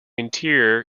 interior